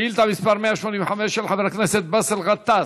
שאילתה מס' 185, של חבר הכנסת באסל גטאס: